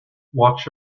watch